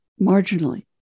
marginally